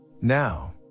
Now